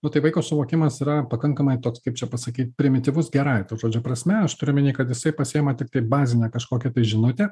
nu tai vaiko suvokimas yra pakankamai toks kaip čia pasakyt primityvus gerąja to žodžio prasme aš turiu omeny kad jisai pasiema tiktai bazinę kažkokią žinutę